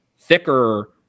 thicker